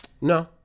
No